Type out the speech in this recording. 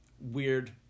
weird